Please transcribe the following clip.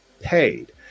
paid